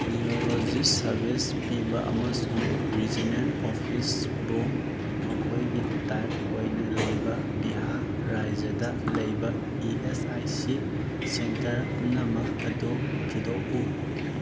neurologist service ꯄꯤꯕ ꯑꯃꯁꯨꯡ regional ꯑꯣꯐꯤꯁꯕꯨ ꯃꯈꯣꯏꯒꯤ ꯇꯥꯏꯞ ꯑꯣꯏꯅ ꯂꯩꯕ ꯕꯤꯍꯥꯔ ꯔꯥꯖ꯭ꯌꯗ ꯂꯩꯕ E S I C centre ꯄꯨꯝꯅꯃꯛ ꯑꯗꯨ ꯊꯤꯗꯣꯛꯎ